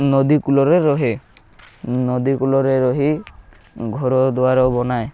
ନଦୀ କୂଲରେ ରହେ ନଦୀ କୂଲରେ ରହି ଘରଦ୍ୱାର ବନାଏ